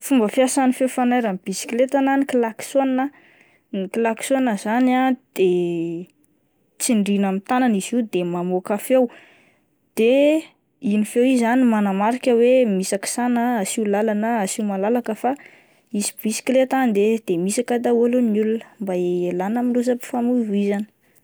Fomba fiasan'ny feo fanairan'ny bisikileta na ny klaksona, ny klaksona zany ah de tsindrina amin'ny tanàna izy io de mamoaka feo, de iny feo iny zany no manamarika hoe misakisana, asio lalana, asio malalaka fa isy bisikileta andeha de mihisaka daholo ny olona mba hialana ami'ny lozam-pifamoivoizana.